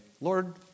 Lord